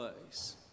place